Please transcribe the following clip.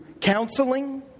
counseling